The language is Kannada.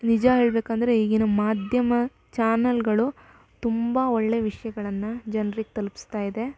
ನಿಜ ಹೇಳಬೇಕಂದ್ರೆ ಈಗಿನ ಮಾಧ್ಯಮ ಚಾನಲ್ಗಳು ತುಂಬ ಒಳ್ಳೆಯ ವಿಷಯಗಳನ್ನ ಜನ್ರಿಗೆ ತಲ್ಪಿಸ್ತಾ ಇದೆ